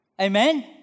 Amen